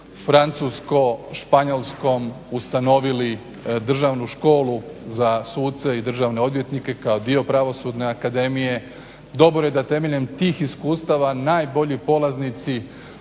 francusko-španjolskom ustanovili državnu školu za suce i državne odvjetnike kao dio Pravosudne akademije, dobro je da temeljem tih iskustava najbolji polaznici